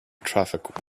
traffic